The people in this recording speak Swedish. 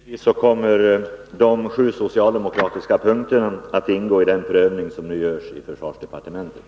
Herr talman! Givetvis kommer de sju socialdemokratiska punkterna att ingå i den prövning som nu görs i försvarsdepartementet.